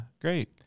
great